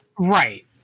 Right